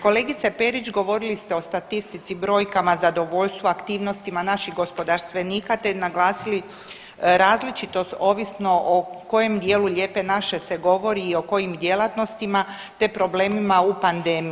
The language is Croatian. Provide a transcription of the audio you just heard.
Kolegice Perić govorili ste o statistici, brojkama, zadovoljstvu, aktivnostima naših gospodarstvenika te naglasili različitost ovisno o kojem dijelu lijepe naše se govori i o kojim djelatnostima te o problemima u pandemiji.